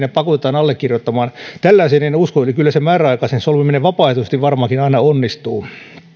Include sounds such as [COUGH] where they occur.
[UNINTELLIGIBLE] ja pakotetaan allekirjoittamaan tällaiseen en usko kyllä se määräaikaisen solmiminen vapaaehtoisesti varmaankin aina onnistuu